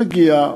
הוא מגיע,